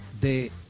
de